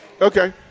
Okay